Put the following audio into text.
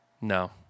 no